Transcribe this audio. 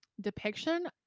depiction